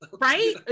right